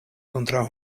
kontraŭ